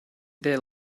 there